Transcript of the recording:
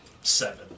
Seven